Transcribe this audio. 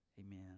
Amen